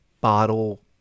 bottle